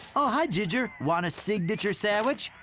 oh, hi ginger. want a signature sandwich?